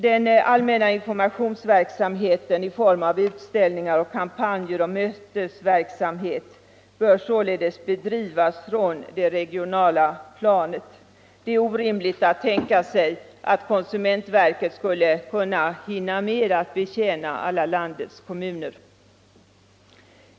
Den allmänna informationsverksamheten i form av utställningar, kampanjer och mötesverksamhet bör således bedrivas från det regionala planet. Det är orimligt att tänka sig att konsumentverket skulle hinna med att betjäna alla landets kommuner.